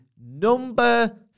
number